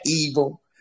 evil